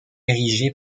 érigé